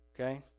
Okay